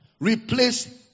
replace